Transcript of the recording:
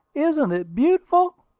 isn't it beautiful!